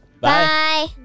Bye